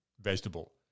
Vegetable